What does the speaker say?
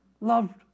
loved